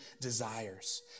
desires